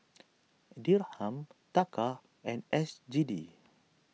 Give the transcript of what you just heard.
Dirham Taka and S G D